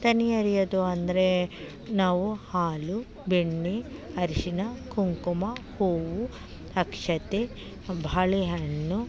ತನಿ ಎರಿಯೋದು ಅಂದರೆ ನಾವು ಹಾಲು ಬೆಣ್ಣೆ ಅರಿಶಿನ ಕುಂಕುಮ ಹೂವು ಅಕ್ಷತೆ ಬಾಳೆ ಹಣ್ಣು